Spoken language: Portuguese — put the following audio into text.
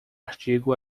artigo